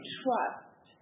trust